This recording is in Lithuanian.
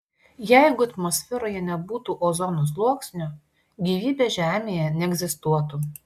jeigu atmosferoje nebūtų ozono sluoksnio gyvybė žemėje neegzistuotų